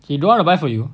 he don't want to buy for you